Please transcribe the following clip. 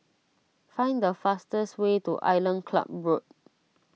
find the fastest way to Island Club Road